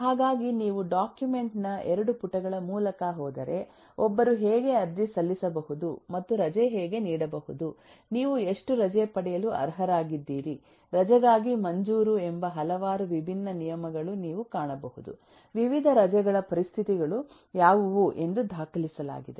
ಹಾಗಾಗಿ ನೀವು ಡಾಕ್ಯುಮೆಂಟ್ ನ 2 ಪುಟಗಳ ಮೂಲಕ ಹೋದರೆ ಒಬ್ಬರು ಹೇಗೆ ಅರ್ಜಿ ಸಲ್ಲಿಸಬಹುದು ಮತ್ತು ರಜೆ ಹೇಗೆ ನೀಡಬಹುದು ನೀವು ಎಷ್ಟು ರಜೆ ಪಡೆಯಲು ಅರ್ಹರಾಗಿದ್ದೀರಿ ರಜೆಗಾಗಿ ಮಂಜೂರು ಎಂಬ ಹಲವಾರು ವಿಭಿನ್ನ ನಿಯಮಗಳು ನೀವು ಕಾಣಬಹುದು ವಿವಿಧ ರಜೆಗಳ ಪರಿಸ್ಥಿತಿಗಳು ಯಾವುವು ಎಂದು ದಾಖಲಿಸಲಾಗಿದೆ